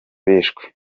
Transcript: bishwe